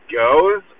goes